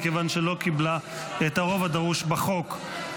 מכיוון שלא קיבלה את הרוב הדרוש בחוק.